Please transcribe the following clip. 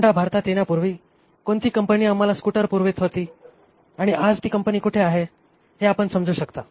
Honda भारतात येण्यापूर्वी कोणती कंपनी आम्हाला स्कूटर पुरवित होती आणि आज ती कंपनी कुठे आहे हे आपण समजू शकता